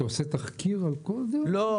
אתה עושה תחקיר על כל --- לא,